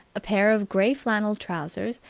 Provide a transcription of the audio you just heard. a pair of grey flannel trousers,